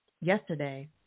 yesterday